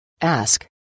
ask